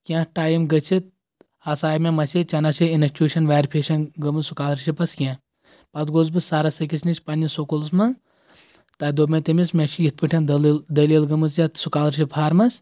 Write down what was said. کیٚنٛہہ ٹایم گٔژھِتھ ہسا آیہِ مےٚ میسیج ژےٚ نہ حظ چھےٚ انسٹیوٗشن ویرفِکیشن گٔمٕژ سکالرشِپَس کیٚنٛہہ پَتہٕ گوس بہٕ سَرس أکِس نِش پَنٕنِس سکوٗلَس منٛز تَتہِ دوٚپ مےٚ تٔمِس مےٚ چھِ یِتھ پٲٹھٮ۪ن دلیل دٔلیٖل گٔمٕژ یَتھ سکالرشِپ فارمس